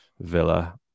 Villa